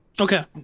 Okay